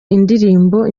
indirimbo